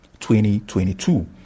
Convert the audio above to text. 2022